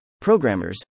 programmers